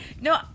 No